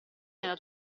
nella